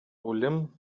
үлем